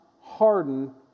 harden